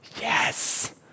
Yes